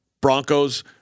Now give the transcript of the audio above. Broncos